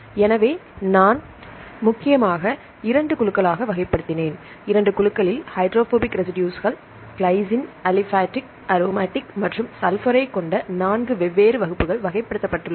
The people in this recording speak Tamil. எனவே நான் முக்கியமாக இரண்டு குழுக்களாக வகைப்படுத்தினேன் இரண்டு குழுக்களில் ஹைட்ரோபோபிக் ரெசிடுஸ்கள் கிளைசின் அலிபாடிக் அரோமாட்டிக் மற்றும் சல்பரைக் கொண்ட 4 வெவ்வேறு வகுப்புகள் வகைப்படுத்தப்பட்டுள்ளன